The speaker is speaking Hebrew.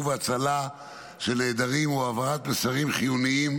והצלה של נעדרים והעברת מסרים חיוניים,